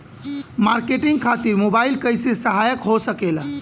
Marketing खातिर mobile कइसे सहायक हो सकेला?